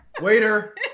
Waiter